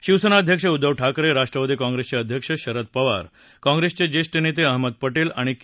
शिवसेना अध्यक्ष उद्धव ठाकरे राष्ट्वादी कॉंग्रेसचे अध्यक्ष शरद पवार कॉंग्रेसचे ज्येष्ठ नेते अहमद पटेल आणि के